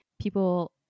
people